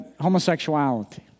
homosexuality